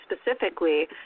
specifically